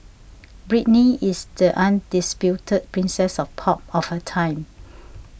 Britney is the undisputed princess of pop of her time